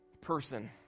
person